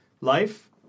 life